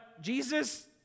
Jesus